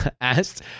asked